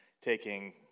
Taking